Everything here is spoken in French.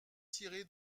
ciré